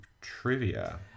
Trivia